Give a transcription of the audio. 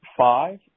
five